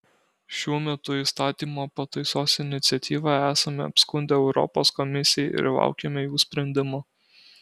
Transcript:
šiuo metu įstatymo pataisos iniciatyvą esame apskundę europos komisijai ir laukiame jų sprendimo